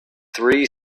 three